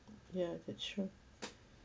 ya that's true